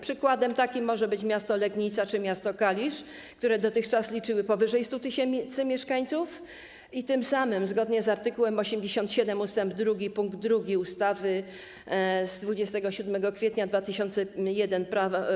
Przykładami mogą być miasto Legnica czy miasto Kalisz, które dotychczas liczyły powyżej 100 tys. mieszkańców i tym samym - zgodnie z art. 87 ust. 2 pkt 2 ustawy z 27 kwietnia 2001 r.